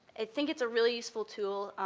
i think it's a really useful tool.